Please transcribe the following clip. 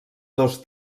dos